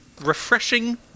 Refreshing